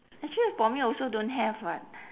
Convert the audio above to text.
actually for me also don't have [what]